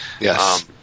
Yes